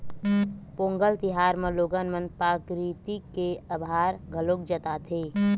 पोंगल तिहार म लोगन मन प्रकरिति के अभार घलोक जताथे